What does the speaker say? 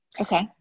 Okay